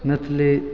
Maithili